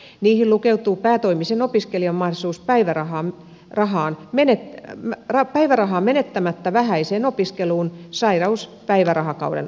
niihin lukeutuu päätoimisen opiskelijan mahdollisuus päivärahaa menettämättä vähäiseen opiskeluun sairauspäivärahakauden aikana